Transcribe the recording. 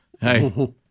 Hey